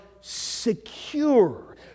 secure